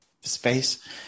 space